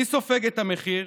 מי סופג את המחיר?